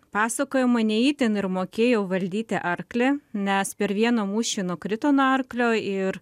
pasakojama ne itin ir mokėjo valdyti arklį nes per vieną mūšį nukrito nuo arklio ir